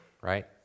right